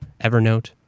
Evernote